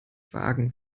wagen